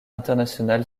international